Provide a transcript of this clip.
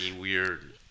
weird